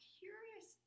curious